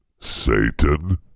Satan